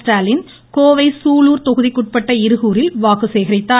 ஸ்டாலின் கோவை சூலூர் தொகுதிக்குட்பட்ட இருகூரில் வாக்கு சேகரித்தார்